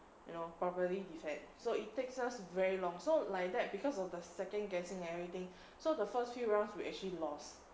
you know properly defend so it takes us very long so like that because of the second guessing everything so the first few rounds we actually lost